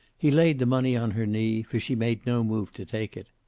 he laid the money on her knee, for she made no move to take it.